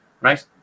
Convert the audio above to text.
right